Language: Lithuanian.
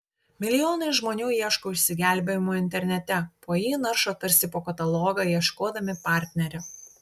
milijonai žmonių ieško išsigelbėjimo internete po jį naršo tarsi po katalogą ieškodami partnerio